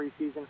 preseason